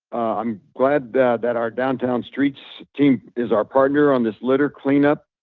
i'm glad that that our downtown streets team is our partner on this litter cleanup.